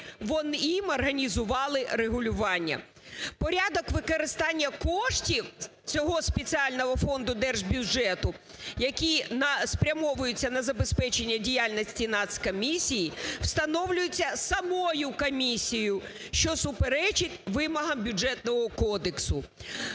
щоб їм організували регулювання. Порядок використання коштів цього спеціального фонду держбюджету, які спрямовуються на забезпечення діяльності Нацкомісії встановлюється самою комісією, що суперечить вимогам Бюджетного кодексу.